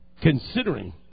Considering